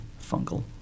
fungal